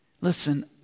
Listen